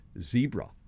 Zebra